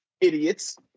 idiots